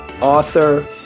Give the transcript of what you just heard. author